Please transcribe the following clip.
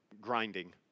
grinding